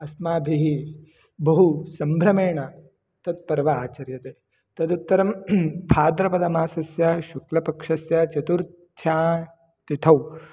अस्माभिः बहुसम्भ्रमेण तत्पर्व आचर्यते तदुत्तरं भाद्रपदमासस्य शुक्लपक्षस्य चतुर्थ्यां तिथौ